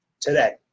today